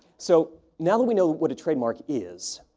so now that we know what a trademark is,